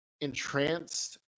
entranced